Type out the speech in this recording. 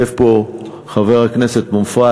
יושב פה חבר הכנסת מופז,